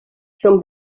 són